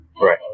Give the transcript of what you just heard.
right